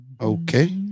Okay